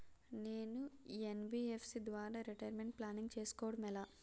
నేను యన్.బి.ఎఫ్.సి ద్వారా retirement planning చేసుకోవడం ఎలా?